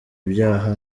ibyaha